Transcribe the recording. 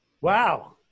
Wow